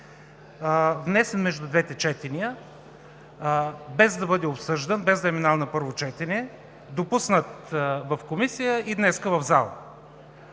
Внесен между двете четения, без да бъде обсъждан, без да е минал на първо четене, допуснат в Комисията и днес в залата.